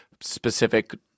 specific